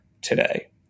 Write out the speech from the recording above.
today